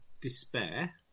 despair